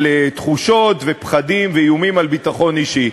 תחושות ופחדים ואיומים על הביטחון האישי.